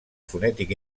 fonètic